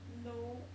no